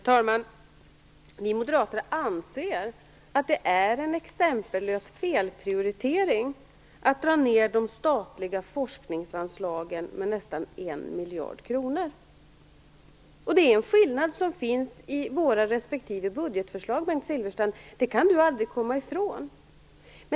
Herr talman! Vi moderater anser att det är en exempellös felprioritering att dra ned de statliga forskningsanslagen med nästan 1 miljard kronor. Det är en skillnad som finns i våra respektive budgetförslag, det kan Bengt Silfverstrand aldrig komma ifrån.